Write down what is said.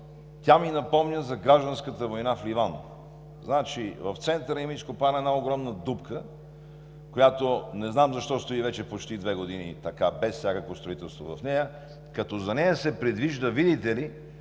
тя ми напомня за гражданската война в Ливан. В центъра има изкопана една огромна дупка, която не знам защо стои вече почти две години така без всякакво строителство в нея, като за нея се предвижда, видите ли,